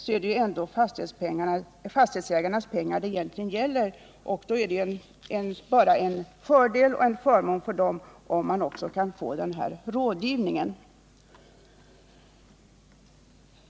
Då är det bara en förmån för dem om man också kan få till stånd en rådgivning.